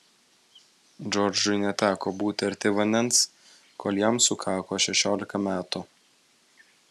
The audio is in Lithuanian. džordžui neteko būti arti vandens kol jam sukako šešiolika metų